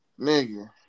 Nigga